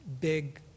big